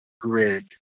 grid